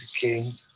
King